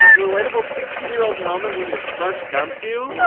relatable sixteen year old moment when your crush dumps you.